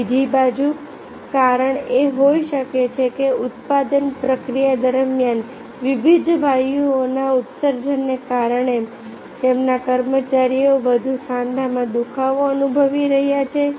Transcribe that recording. અને બીજું કારણ એ હોઈ શકે છે કે ઉત્પાદન પ્રક્રિયા દરમિયાન વિવિધ વાયુઓના ઉત્સર્જનને કારણે તેમના કર્મચારીઓ વધુ સાંધામાં દુખાવો અનુભવી રહ્યા છે